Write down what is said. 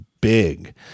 big